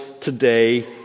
today